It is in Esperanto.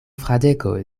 fradeko